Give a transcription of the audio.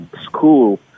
school